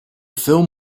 film